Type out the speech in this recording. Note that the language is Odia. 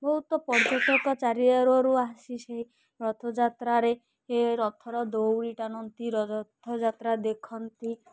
ବହୁତ ପର୍ଯ୍ୟଟକ ଚାରିଆଡ଼ରୁ ଆସି ସେହି ରଥଯାତ୍ରାରେ ରଥର ଦୌଡ଼ି ଟାଣନ୍ତି ରଥଯାତ୍ରା ଦେଖନ୍ତି